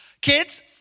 Kids